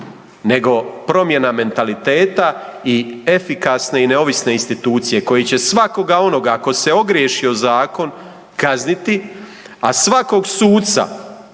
nego promjena mentaliteta i efikasne i neovisne institucije koje će svakoga onoga koji se ogriješi o zakon kazniti a svakog suca